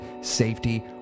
safety